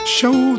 Show